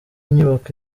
inyubako